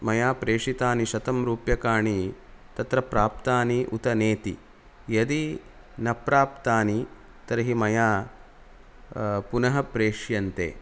मया प्रेशितानि शतं रूप्यकाणि तत्र प्राप्तानि उत नेति यदि न प्राप्तानि तर्हि मया पुनः प्रेष्यन्ते